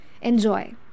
enjoy